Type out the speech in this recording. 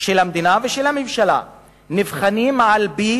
של המדינה ושל הממשלה נבחנים על-פי